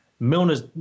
Milner's